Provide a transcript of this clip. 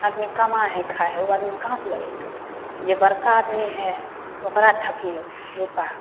आदमी कमाइ हइ खाइ हइ ओ आदमी कहाँ से लगेतै जे बड़का आदमी हइ ओकरा ठकिऔ रुपा